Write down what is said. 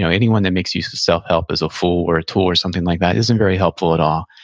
so anyone that makes use of self-help is a fool, or a tool or something like that, isn't very helpful at all.